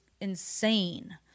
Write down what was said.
insane